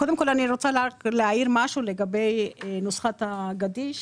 קודם כל, אני רוצה להעיר משהו לגבי נוסחת הגדיש.